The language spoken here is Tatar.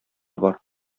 бар